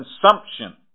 consumption